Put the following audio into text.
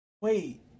Wait